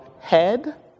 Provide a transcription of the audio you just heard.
head